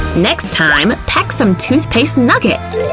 next time pack some toothpaste nuggets!